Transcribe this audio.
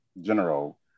general